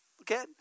okay